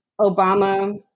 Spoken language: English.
Obama